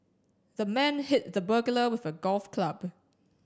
the man hit the burglar with a golf club